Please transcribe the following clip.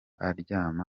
aryama